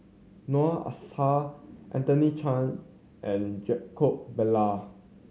Noor Aishah Anthony Chen and Jacob Ballas